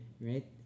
Right